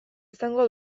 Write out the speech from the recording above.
izango